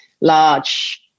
large